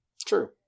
true